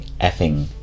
effing